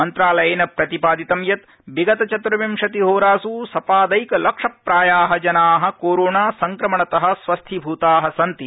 मंत्रालयेन प्रतिपादितं यत् विगत चतूर्विंशति होरास् सपादैक लक्ष प्राया जना कोरोना संक्रमणत स्वस्थीभूता सन्ति